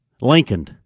lincoln